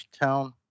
Town